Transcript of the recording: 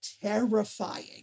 terrifying